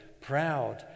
proud